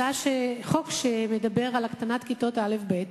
חוק שמדבר על הקטנת כיתות א'-ב',